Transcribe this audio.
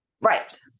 right